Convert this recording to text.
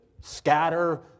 scatter